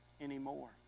anymore